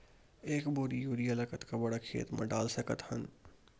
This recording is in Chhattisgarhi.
एक बोरी यूरिया ल कतका बड़ा खेत म डाल सकत हन?